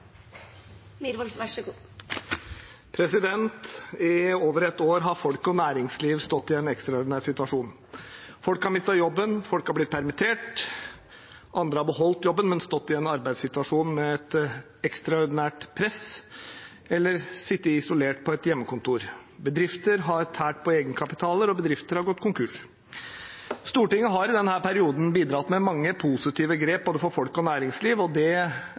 I over et år har folk og næringsliv stått i en ekstraordinær situasjon. Folk har mistet jobben, folk har blitt permittert, andre har beholdt jobben, men stått i en arbeidssituasjon med et ekstraordinært press eller sittet isolert på et hjemmekontor. Bedrifter har tært på egenkapitalen, og bedrifter har gått konkurs. Stortinget har i denne perioden bidratt med mange positive grep for både folk og næringsliv, og det